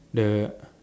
the